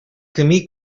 camí